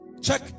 Check